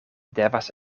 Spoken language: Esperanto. devas